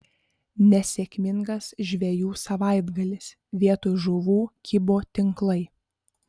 nesėkmingas žvejų savaitgalis vietoj žuvų kibo tinklai